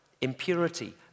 impurity